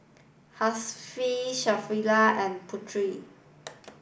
Hasif Sharifah and Putera